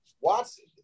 Watson